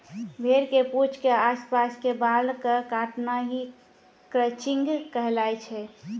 भेड़ के पूंछ के आस पास के बाल कॅ काटना हीं क्रचिंग कहलाय छै